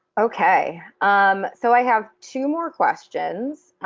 okay um so i have two more questions.